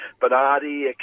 Bernardi